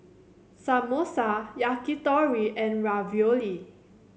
Samosa Yakitori and Ravioli